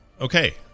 okay